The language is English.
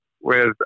whereas